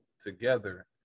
together